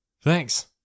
Thanks